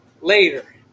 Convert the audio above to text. later